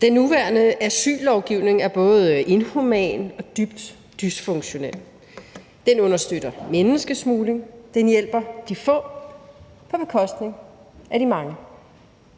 Den nuværende asyllovgivning er både inhuman og dybt dysfunktionel. Den understøtter menneskesmugling, og den hjælper de få på bekostning af de mange.